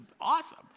awesome